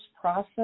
process